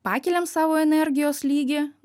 pakeliam savo energijos lygį